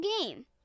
game